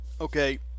Okay